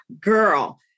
girl